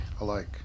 alike